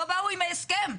לא באו עם ההסכם.